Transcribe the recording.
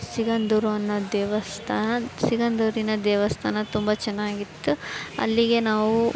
ಸಿಗಂಧೂರು ಅನ್ನೋ ದೇವಸ್ಥಾನದ ಸಿಗಂಧೂರಿನ ದೇವಸ್ಥಾನ ತುಂಬ ಚೆನ್ನಾಗಿತ್ತು ಅಲ್ಲಿಗೆ ನಾವು